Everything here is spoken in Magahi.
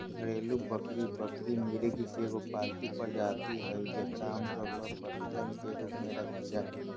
घरेलू बकरी बकरी, मृग के एगो पालतू प्रजाति हइ जेकरा आमतौर पर पशुधन के रूप में रखल जा हइ